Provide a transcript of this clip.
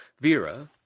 Vera